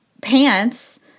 pants